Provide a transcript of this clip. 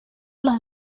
los